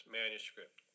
manuscript